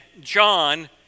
John